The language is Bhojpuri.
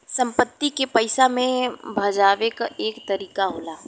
संपत्ति के पइसा मे भजावे क एक तरीका होला